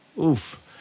oof